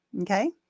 okay